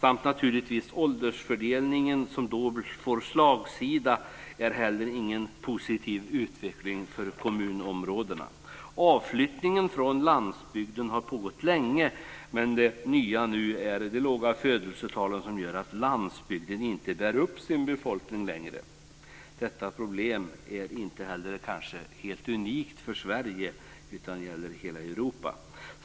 Att åldersfördelningen då får slagsida är inte heller någon positiv utveckling för kommunerna. Avflyttningen från landsbygden har pågått länge. Men det nya nu är de låga födelsetalen som gör att landsbygden inte bär upp sin befolkning längre. Detta problem är kanske inte heller helt unikt för Sverige utan gäller hela Europa.